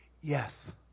Yes